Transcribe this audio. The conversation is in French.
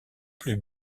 plus